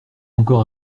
encore